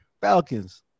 Falcons